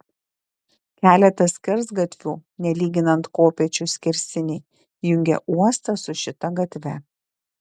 keletas skersgatvių nelyginant kopėčių skersiniai jungė uostą su šita gatve